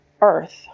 earth